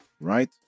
right